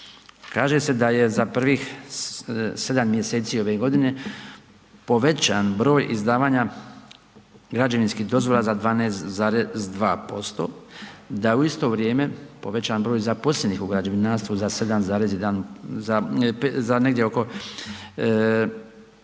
kaže se da je za prvih 7. mjeseci ove godine povećan broj izdavanja građevinskih dozvola za 12,2%, da je u isto vrijeme povećan broj zaposlenih u građevinarstvu za 7,1 za, za negdje oko,